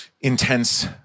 intense